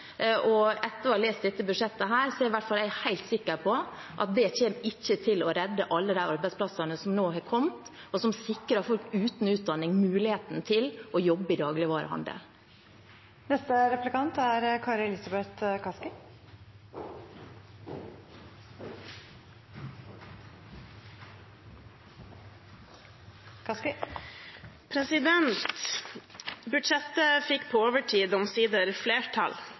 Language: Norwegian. og etter å ha lest dette budsjettet er jeg i hvert fall helt sikker på at det ikke kommer til å redde alle de arbeidsplassene som nå har kommet, og som sikrer folk uten utdanning muligheten til å jobbe i